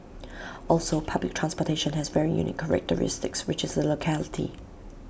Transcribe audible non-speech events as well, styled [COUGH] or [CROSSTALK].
[NOISE] also public transportation has very unique characteristics which is the locality